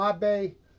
Mabe